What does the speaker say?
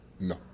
No